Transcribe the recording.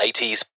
80s